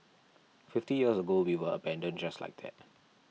fifty years ago we were abandoned just like that